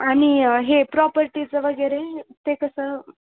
आणि हे प्रॉपर्टीचं वगैरे ते कसं